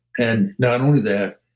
and not only that,